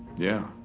yeah.